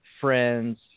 friends